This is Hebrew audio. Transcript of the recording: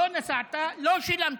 לא נסעת, לא שילמת.